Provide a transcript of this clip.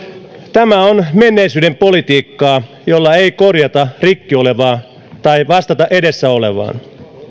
tämä on menneisyyden politiikkaa jolla ei korjata rikki olevaa tai vastata edessä olevaan